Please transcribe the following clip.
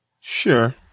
Sure